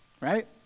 right